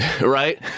Right